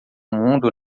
mundo